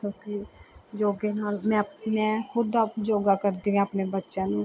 ਕਿਉਂਕਿ ਯੋਗ ਨਾਲ ਮੈਂ ਮੈਂ ਖੁਦ ਆਪ ਯੋਗਾ ਕਰਦੀ ਹਾਂ ਆਪਣੇ ਬੱਚਿਆਂ ਨੂੰ